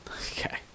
Okay